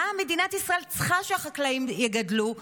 מה מדינת ישראל צריכה שהחקלאים יגדלו?